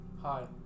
Hi